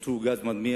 השתמשו בגז מדמיע